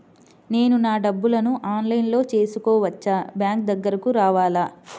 నేను నా డబ్బులను ఆన్లైన్లో చేసుకోవచ్చా? బ్యాంక్ దగ్గరకు రావాలా?